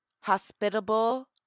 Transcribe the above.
hospitable